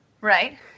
Right